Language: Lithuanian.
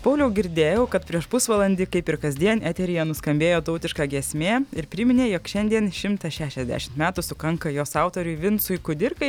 pauliau girdėjau kad prieš pusvalandį kaip ir kasdien eteryje nuskambėjo tautiška giesmė ir priminė jog šiandien šimtas šešiasdešimt metų sukanka jos autoriui vincui kudirkai